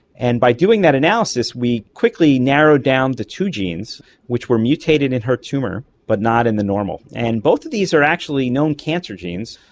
and by doing that analysis we quickly narrowed down the two genes which were mutated in her tumour but not in the normal. and both of these are actually known cancer genes.